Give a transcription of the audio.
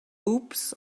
oops